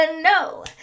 no